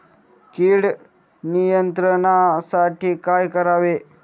कीड नियंत्रणासाठी काय करावे?